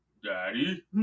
Daddy